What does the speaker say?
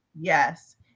yes